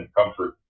comfort